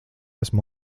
esmu